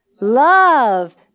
love